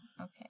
okay